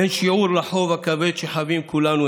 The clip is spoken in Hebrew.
אין שיעור לחוב הכבד שחבים כולנו,